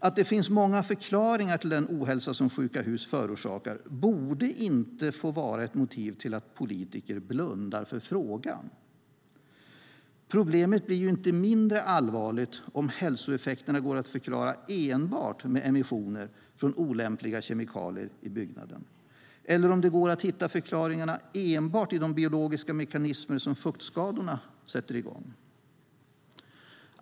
Att det finns många förklaringar till den ohälsa som sjuka hus orsakar borde inte få vara ett motiv för politiker att blunda för frågan. Problemet blir ju inte mindre allvarligt om hälsoeffekterna går att förklara enbart med emissioner från olämpliga kemikalier i byggnaden eller om det går att hitta förklaringarna enbart i de biologiska mekanismer som fuktskadorna sätter i gång.